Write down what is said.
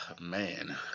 man